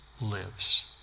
lives